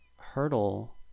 hurdle